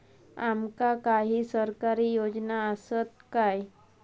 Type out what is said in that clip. आमका काही सरकारी योजना आसत काय?